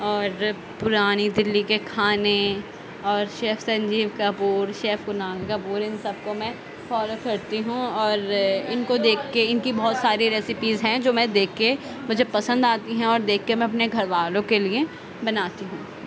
اور پرانی دلی کے کھانے اور شیف سنجیو کپور شیف کنال کپور کا ان سب کو میں فالو کرتی ہوں اور ان کو دیکھ کے ان کی بہت ساری ریسیپیز ہے جو میں دیکھ کے مجھے پسند آتی ہے اور دیکھ کے میں اپنے گھر والوں کے لئے بناتی ہوں